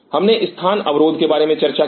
हमने स्थान अवरोध के बारे में चर्चा की